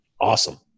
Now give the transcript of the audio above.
Awesome